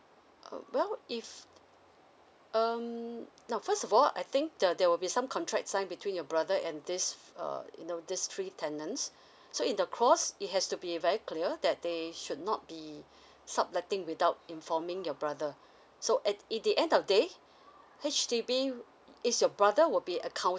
uh well if um now first of all I think the there will be some contract sign between your brother and this err you know this three tenants so in across it has to be very clear that they should not be sub letting without informing your brother so at in the end of day H_D_B it's your brother would be accountable